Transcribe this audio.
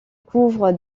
couvre